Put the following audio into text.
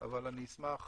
אבל אני אשמח